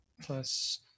Plus